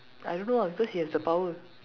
I don't know ah cause he has the power